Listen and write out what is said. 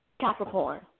Capricorn